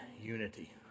unity